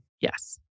Yes